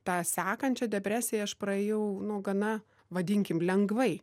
tą sekančią depresiją aš praėjau nu gana vadinkim lengvai